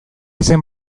izen